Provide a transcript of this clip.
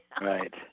right